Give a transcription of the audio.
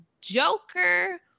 Joker